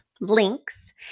links